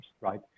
right